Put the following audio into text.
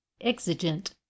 exigent